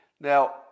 Now